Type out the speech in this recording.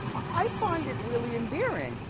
i find it really endearing,